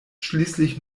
schließlich